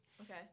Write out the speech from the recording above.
Okay